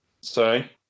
Sorry